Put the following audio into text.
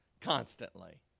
constantly